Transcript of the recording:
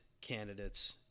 candidates